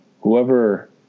whoever